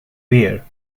beer